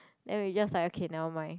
then we just like okay never mind